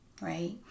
right